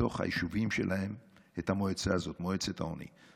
בתוך היישובים שלהם את המועצה הזאת, מועצת העוני.